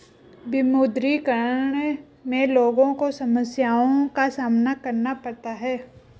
विमुद्रीकरण में लोगो को समस्या का सामना करना पड़ता है